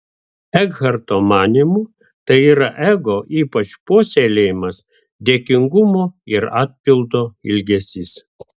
ekharto manymu tai yra ego ypač puoselėjamas dėkingumo ir atpildo ilgesys